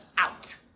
Out